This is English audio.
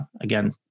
Again